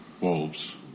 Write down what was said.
wolves